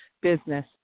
business